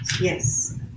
Yes